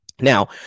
Now